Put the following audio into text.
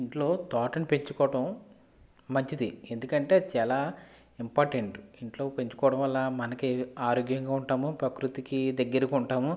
ఇంట్లో తోటను పెంచుకోవడం మంచిది ఎందుకంటే చాలా ఇంపార్టెంట్ ఇంట్లో పెంచుకోవడం వల్ల మనకి ఆరోగ్యంగా ఉంటాము ప్రకృతికి దగ్గరకి ఉంటాము